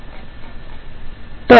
बरोबर